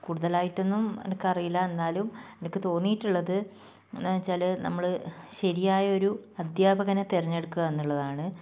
കൂടുതലായിട്ടൊന്നും എനിക്കറിയില്ല എന്നാലും എനിക്ക് തോന്നിയിട്ടുള്ളത് എന്നുവെച്ചാൽ നമ്മൾ ശരിയായ ഒരു അധ്യാപകനെ തിരഞ്ഞെടുക്കുക എന്നുള്ളതാണ്